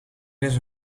mes